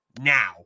Now